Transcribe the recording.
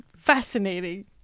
fascinating